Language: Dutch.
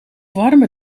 warme